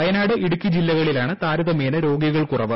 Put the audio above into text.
വയനാട് ഇടുക്കി ജില്ലകളിലാണ് താരതമ്യേന രോഗികൾ കുറവ്